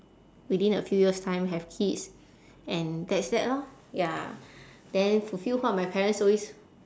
within a few years time have kids and that's that lor ya then fulfill what my parents always